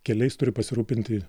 keliais turi pasirūpinti